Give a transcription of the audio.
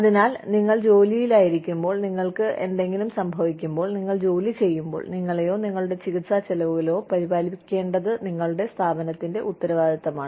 അതിനാൽ നിങ്ങൾ ജോലിയിലായിരിക്കുമ്പോൾ നിങ്ങൾക്ക് എന്തെങ്കിലും സംഭവിക്കുമ്പോൾ നിങ്ങൾ ജോലി ചെയ്യുമ്പോൾ നിങ്ങളെയോ നിങ്ങളുടെ ചികിത്സാ ചെലവുകളോ പരിപാലിക്കേണ്ടത് നിങ്ങളുടെ സ്ഥാപനത്തിന്റെ ഉത്തരവാദിത്തമാണ്